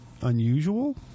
unusual